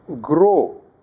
grow